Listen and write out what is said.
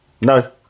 No